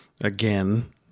again